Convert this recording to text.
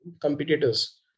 competitors